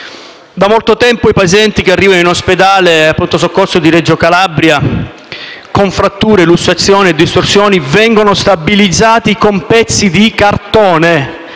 Da molto tempo i pazienti che arrivano al Pronto Soccorso di Reggio Calabria con fratture, lussazioni e distorsioni vengono stabilizzati con pezzi di cartone.